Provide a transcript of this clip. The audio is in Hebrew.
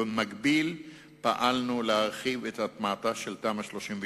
ובמקביל פעלנו להרחיב את הטמעתה של תמ"א 38,